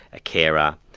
a carer,